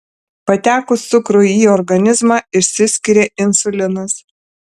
patekus cukrui į organizmą išsiskiria insulinas